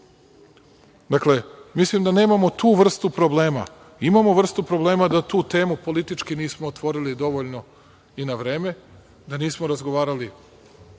mislim da nemamo tu vrstu problema. Imamo vrstu problema da tu temu politički nismo otvorili dovoljno i na vreme, da nismo razgovarali